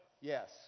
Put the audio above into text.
Yes